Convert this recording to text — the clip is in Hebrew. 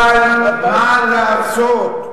אבל מה לעשות,